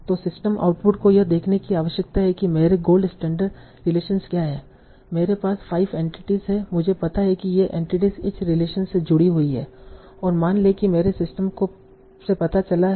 तो system output को यह देखने की आवश्यकता है कि मेरे गोल्ड स्टैण्डर्ड रिलेशनस क्या हैं I मेरे पास 5 एंटिटीस हैं मुझे पता है कि ये एंटिटीस इस रिलेशन से जुड़ी हुई हैं और मान लें कि मेरे सिस्टम से पता चला है